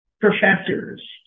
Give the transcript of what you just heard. professors